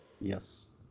Yes